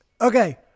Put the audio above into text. Okay